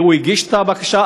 הוא הגיש בקשה.